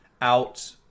out